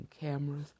cameras